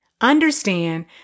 Understand